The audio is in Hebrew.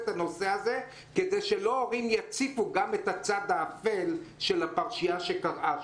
הנושא הזה כדי שההורים לא יציפו גם את הצד האפל של הפרשייה שקרתה שם.